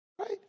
right